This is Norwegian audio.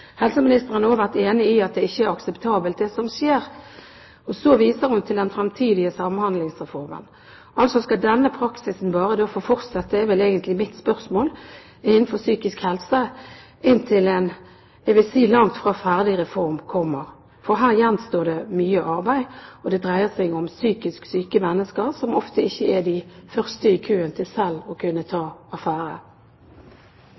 Helseministeren har også vært enig i at det ikke er akseptabelt, det som skjer, og så viser hun til den fremtidige samhandlingsreformen. Skal denne praksisen da bare få fortsette – det er vel egentlig mitt spørsmål – innenfor psykisk helse inntil en langt fra ferdig reform kommer? Her gjenstår det nemlig mye arbeid, og det dreier seg om psykisk syke mennesker som ofte ikke er de første i køen for selv å kunne ta